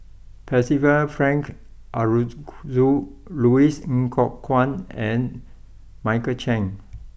Percival Frank Aroozoo Louis Ng Kok Kwang and Michael Chiang